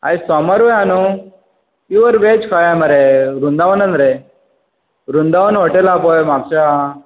आयज सोमारूय आसा न्हय पिव्वर वॅज खंय आसा मरे वृंदावनान रे वृंदावन हॉटेल आसा पळय म्हापशा